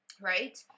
right